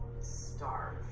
starve